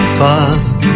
father